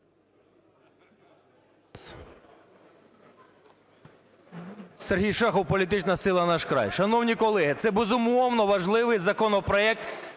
Сергій Шахов, політична сила "Наш край". Шановні колеги, це, безумовно, важливий законопроект